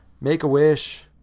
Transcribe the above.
Make-A-Wish